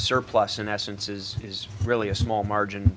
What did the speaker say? surplus in essences is really a small margin